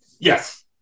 Yes